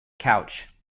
couch